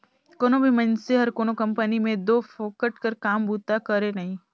कोनो भी मइनसे हर कोनो कंपनी में दो फोकट कर काम बूता करे नई